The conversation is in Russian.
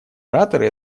ораторы